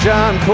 John